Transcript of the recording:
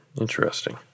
Interesting